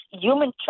human